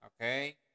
Okay